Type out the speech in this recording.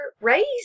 raised